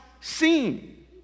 seen